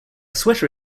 sweater